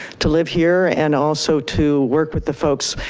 to live here and also to work with the folks,